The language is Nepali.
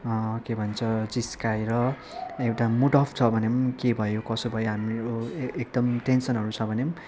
के भन्छ जिस्काएर एउटा मुड अफ छ भने पनि के भयो कसो भयो हामी एकदम टेन्सनहरू छ भने पनि